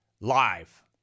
live